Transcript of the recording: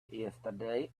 yesterday